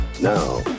Now